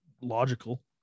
logical